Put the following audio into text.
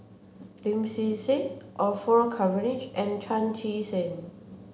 Lim Swee Say Orfeur Cavenagh and Chan Chee Seng